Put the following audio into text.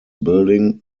building